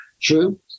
True